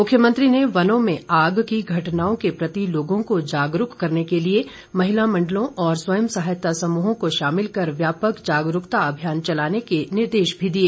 मुख्यमंत्री ने वनों में आग की घटनाओं के प्रति लोगों को जागरूक करने के लिए महिला मण्डलों और स्वयं सहायता समूहों को शामिल कर व्यापक जागरूकता अभियान चलाने के निर्देश भी दिए